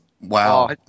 Wow